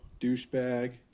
douchebag